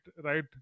right